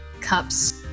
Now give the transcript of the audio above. cups